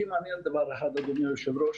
אותי מעניין דבר אחד, אדוני היושב-ראש,